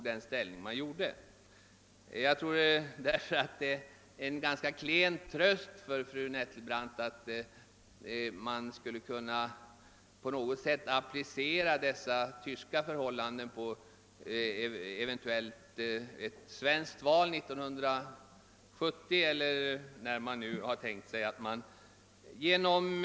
Det finns sålunda ett ganska klent underlag för fru Nettelbrandts tro att man på något sätt skulle kunna applicera de tyska förhållandena på ett svenskt val 1970, eller när man nu tänker sig ett makttillträde.